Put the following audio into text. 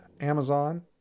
amazon